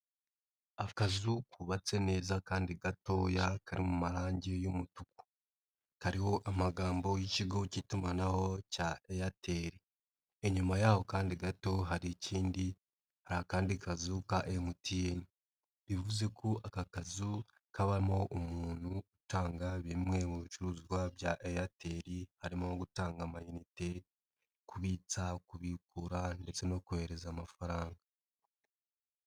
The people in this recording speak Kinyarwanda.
Akazu kubabatse neza kandi gatoya kari mu marangi y'umutuku, kariho amagambo y'ikigo k'itumanaho cya Airtel, inyuma y'a kandi gato hari ikindi hari akandi kazu ka MTN bivuze ko aka kazu kabamo umuntu utanga bimwe mu bicuruzwa bya Airtel harimo: gutanga amayinite, kubitsa, kubikura ndetse no kohereza amafaranga.